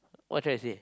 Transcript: what you trying to say